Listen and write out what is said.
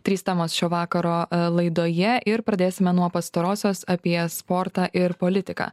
trys temos šio vakaro laidoje ir pradėsime nuo pastarosios apie sportą ir politiką